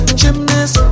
gymnast